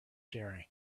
sharing